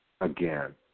again